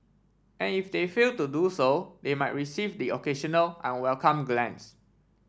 and if they fail to do so they might receive the occasional unwelcome glance